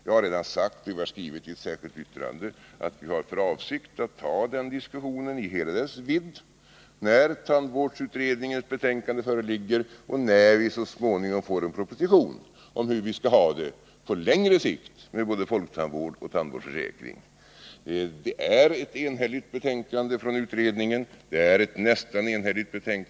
Jag har redan sagt — och det har också skrivits i ett särskilt yttrande — att vi har för avsikt att ta den diskussionen i hela dess vidd när tandvårdsutredningens betänkande föreligger och när vi så småningom får en proposition om hur vi skall ha det på längre sikt med både folktandvård och tandvårdsförsäkring. Utredningens betänkande är enhälligt och utskottets är nästan enhälligt.